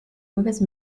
mauvaises